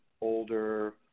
older